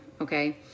Okay